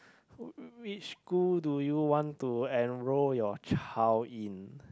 which school do you want to enrol your child in